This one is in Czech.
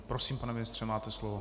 Prosím, pane ministře, máte slovo.